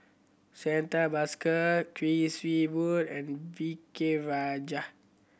Santha Bhaskar Kuik Swee Boon and V K Rajah